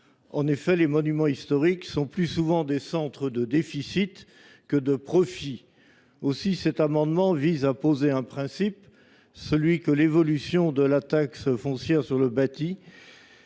En effet, les monuments historiques sont plus souvent l’occasion de déficits que de profits. Aussi, cet amendement vise à poser le principe selon lequel l’évolution de la taxe foncière sur le bâti